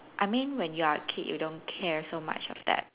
I mean when you are a kid you don't care so much of that